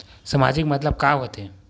सामाजिक मतलब का होथे?